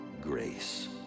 grace